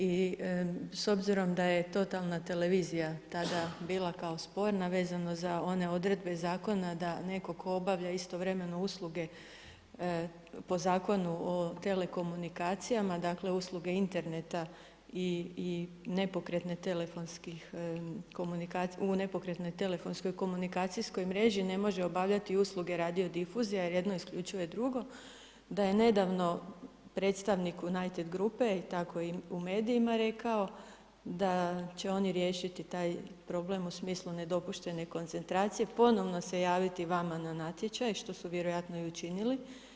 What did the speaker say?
I s obzirom da je totalna televizija tada bila kao sporna vezano za one odredbe zakona da netko tko obavlja istovremeno usluge po Zakonu o telekomunikacijama, dakle usluge interneta u nepokretnoj telefonskoj komunikacijskoj mreži ne može obavljati usluge radio difuzija jer jedno isključuje drugo, da je nedavno predstavnik United grupe tako i u medijima rekao da će oni riješiti taj problem u smislu nedopuštene koncentracije, ponovno se javiti vama na natječaj što su vjerojatno i učinili.